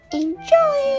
,enjoy